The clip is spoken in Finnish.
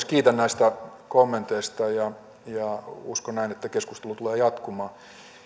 kiitän näistä kommenteista ja uskon näin että keskustelu tulee jatkumaan